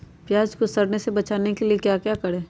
प्याज को सड़ने से बचाने के लिए क्या करें?